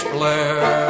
Blair